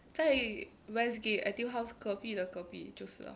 在 west gate Etude House 隔壁的隔壁就是了